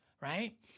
right